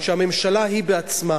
הממשלה, היא בעצמה